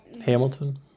Hamilton